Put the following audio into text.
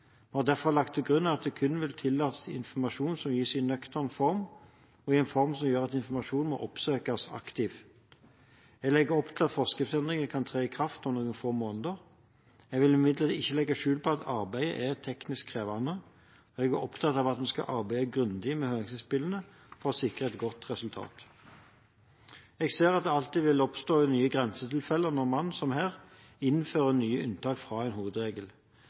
Vi har derfor lagt til grunn at vi kun vil tillate informasjon som gis i nøktern form, og i en form som gjør at informasjon må oppsøkes aktivt. Jeg legger opp til at forskriftsendringer kan tre i kraft om noen få måneder. Jeg vil imidlertid ikke legge skjul på at arbeidet er teknisk krevende, og jeg er opptatt av at vi skal arbeide grundig med høringsinnspillene for å sikre et godt resultat. Jeg ser at det alltid vil oppstå nye grensetilfeller når man, som her, innfører nye unntak fra en hovedregel.